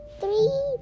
Three